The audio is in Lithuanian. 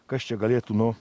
kas čia galėtų nu